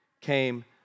came